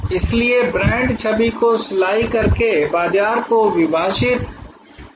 इसलिए ब्रांड छवि को सिलाई करके बाजार को विभाजित करने में मदद करता है